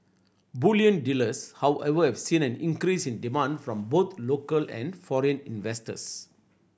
bullion dealers however have seen an increase in demand from both local and foreign investors